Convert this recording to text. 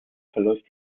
verläuft